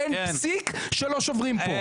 אין פסיק שלא שוברים פה.